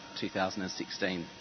2016